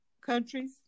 countries